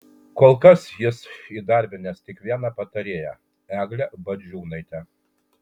kol kas jis įdarbinęs tik vieną patarėją eglę bagdžiūnaitę